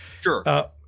sure